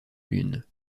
lune